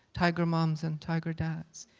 tiger moms and tiger dads,